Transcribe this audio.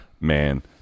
man